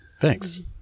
Thanks